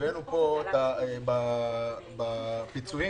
הבאנו בפיצויים